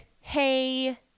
hey